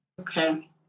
Okay